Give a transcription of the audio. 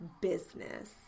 Business